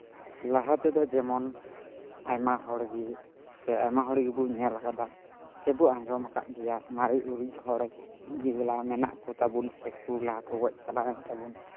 ᱞᱟᱦᱟᱛᱮᱫᱚ ᱡᱮᱢᱚᱱ ᱟᱭᱢᱟ ᱦᱚᱲ ᱜᱮ ᱥᱮ ᱟᱭᱢᱟ ᱦᱚᱲ ᱜᱮᱵᱚ ᱧᱮᱞᱟᱠᱟᱫᱟ ᱥᱮᱵᱚ ᱟᱸᱡᱚᱢᱟᱠᱟᱫ ᱜᱮᱭᱟ ᱢᱟᱨᱮ ᱚᱨᱮᱡ ᱦᱚᱲ ᱡᱮᱜᱩᱞᱟ ᱢᱮᱱᱟᱜ ᱠᱚᱛᱟᱵᱚᱱ ᱥᱮᱠᱚ ᱞᱟᱦᱟ ᱠᱚ ᱜᱚᱡ ᱪᱟᱞᱟᱣᱮᱱ ᱛᱟᱵᱚᱱ